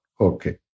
Okay